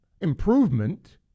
Improvement